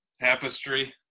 tapestry